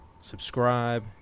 subscribe